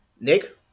Nick